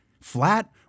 Flat